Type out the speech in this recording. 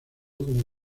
como